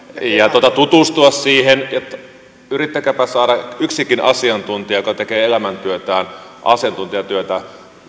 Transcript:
ja tutustua niihin yrittäkääpä saada yksikin asiantuntija joka tekee elämäntyötään asiantuntijatyötä